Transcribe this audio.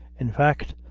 in fact,